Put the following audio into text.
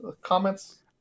comments